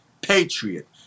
patriot